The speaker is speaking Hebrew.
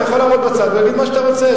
אתה יכול לעמוד בצד ולהגיד מה שאתה רוצה.